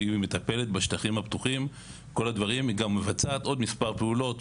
היא מטפלת בשטחים הפתוחים וגם מבצעת עוד מספר פעולות,